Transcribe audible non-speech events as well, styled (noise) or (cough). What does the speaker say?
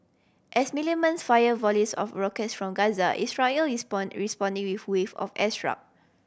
as militants fire volleys of rockets from Gaza Israel is (unintelligible) responding with wave of (unintelligible)